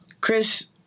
Chris